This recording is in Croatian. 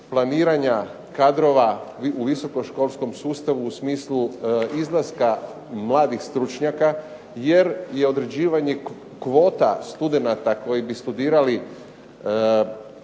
kadrova u visokoškolskom sustavu u smislu izlaska mladih stručnjaka jer je određivanje kvota studenata koji bi studirali